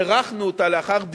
הארכנו אותה לאחר דיונים,